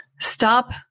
Stop